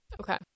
Okay